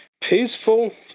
Peaceful